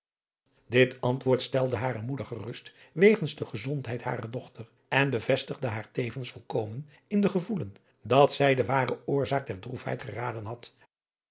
dit antwoord stelde hare moeder gerust wegens de gezondheid harer dochter en bevestigde haar tevens volkomen in het gevoelen dat zij de ware oorzaak der droefheid geraden had